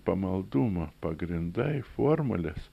pamaldumo pagrindai formulės